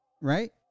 Right